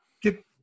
get